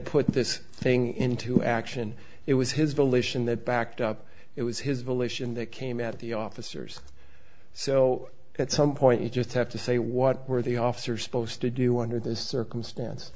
put this thing into action it was his delusion that backed up it was his volition that came at the officers so at some point you just have to say what were the officers supposed to do under those circumstance